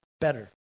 better